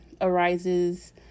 arises